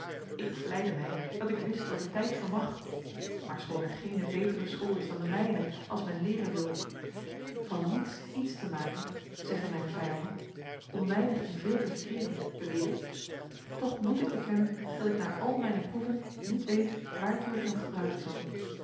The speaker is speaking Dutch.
ik vleide mij dat ik wist wat de tijd vermag maar schoon er geene betere school is dan de mijne als men leeren wil van niets iets te maken zeggen mijne vijanden om weinig in veel te verkeeren beweer ik toch moet ik bekennen dat ik na al mijne proeven niet weet waartoe ik hem gebruiken zal